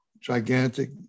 gigantic